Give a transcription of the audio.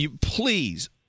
please